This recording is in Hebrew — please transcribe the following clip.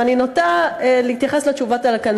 ואני נוטה להתייחס לתשובות האלה כנכונות.